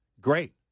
great